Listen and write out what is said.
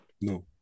No